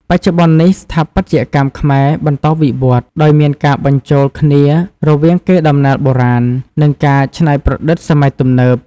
បច្ចុប្បន្ននេះ ស្ថាបត្យកម្មខ្មែរបន្តវិវឌ្ឍន៍ ដោយមានការបញ្ចូលគ្នារវាងកេរដំណែលបុរាណ និងការច្នៃប្រឌិតសម័យទំនើប។